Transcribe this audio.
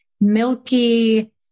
milky